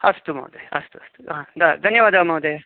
अस्तु महोदय अस्तु अस्तु द धन्यवादः महोदय